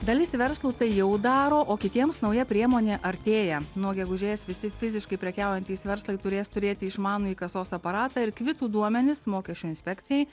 dalis verslų tai jau daro o kitiems nauja priemonė artėja nuo gegužės visi fiziškai prekiaujantys verslai turės turėti išmanųjį kasos aparatą ir kvitų duomenis mokesčių inspekcijai